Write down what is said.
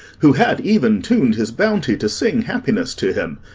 who had even tun'd his bounty to sing happiness to him.